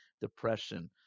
depression